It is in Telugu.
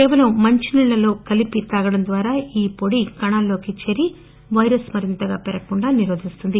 కేవలం మంచి నీటిలోకలిపి తాగడం ద్వారా ఈ పొడి కణాల్లోకి చేరి పైరస్ మరింతగా పెరగకుండా నిరోధిస్తుంది